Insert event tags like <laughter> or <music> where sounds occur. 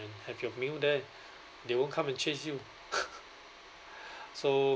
and have your meal there they won't come and chase you <laughs> so